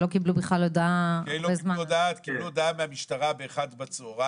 שלא קיבלו בכלל הודעה הרבה זמן.